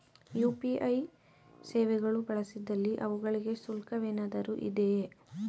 UPI ಸೇವೆಗಳು ಬಳಸಿದಲ್ಲಿ ಅವುಗಳಿಗೆ ಶುಲ್ಕವೇನಾದರೂ ಇದೆಯೇ?